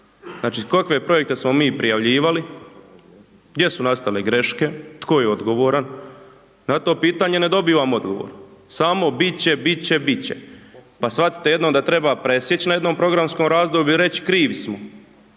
Znači kolike smo projekte smo mi prijavljivali? gdje su nastale greške? Tko je odgovoran? Na to pitanje ne dobivam odgovor. Samo bit će, bit će, bit će. Pa shvatite jednom da treba presjeći na jednom programskom razdoblju i reći krivi smo.